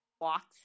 walks